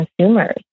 consumers